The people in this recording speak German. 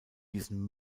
diesen